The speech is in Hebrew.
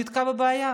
נתקל בבעיה.